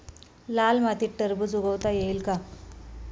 लाल मातीत टरबूज उगवता येईल का?